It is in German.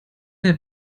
der